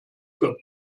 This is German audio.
für